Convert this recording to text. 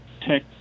tech